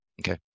Okay